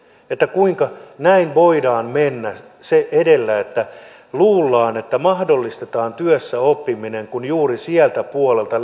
kuinka näin voidaan mennä se edellä että luullaan että mahdollistetaan työssäoppiminen kun leikataan rahaa juuri sieltä puolelta